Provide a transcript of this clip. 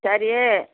சரி